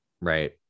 Right